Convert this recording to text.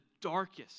darkest